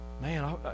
Man